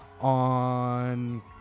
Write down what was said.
on